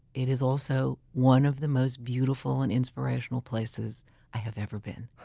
it is also one of the most beautiful and inspirational places i have ever been.